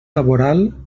laboral